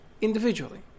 individually